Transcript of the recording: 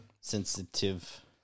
Sensitive